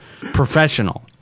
professional